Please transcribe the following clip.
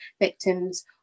victims